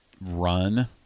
run